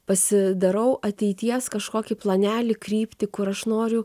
pasidarau ateities kažkokį planelį kryptį kur aš noriu